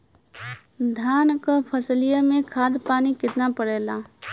धान क फसलिया मे खाद पानी कितना पड़े ला?